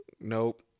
Nope